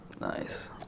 Nice